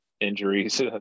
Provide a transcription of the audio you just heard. injuries